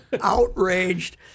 outraged